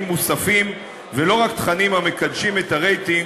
מוספים ולא רק תכנים המקדשים את תרבות הרייטינג,